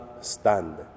stand